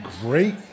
great